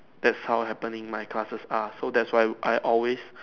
that's how happening my classes are so that's why I always